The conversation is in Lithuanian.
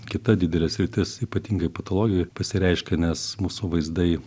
kita didelė sritis ypatingai patologijoj pasireiškia nes mūsų vaizdai